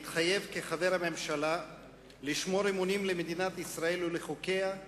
מתחייב כחבר הממשלה לשמור אמונים למדינת ישראל ולחוקיה,